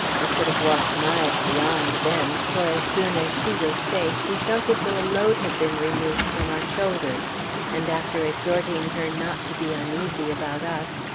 we could have walked miles beyond, then, for as soon as she was safe we felt as though a load had been removed from our shoulders and after exhorting her not to be uneasy about us,